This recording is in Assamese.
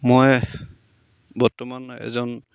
মই বৰ্তমান এজন